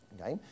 Okay